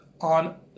on